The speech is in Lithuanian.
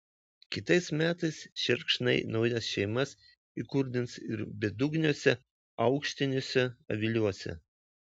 kitais metais šerkšnai naujas šeimas įkurdins ir bedugniuose aukštiniuose aviliuose